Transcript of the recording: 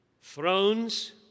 thrones